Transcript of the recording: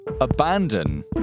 abandon